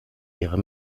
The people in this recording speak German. ihrer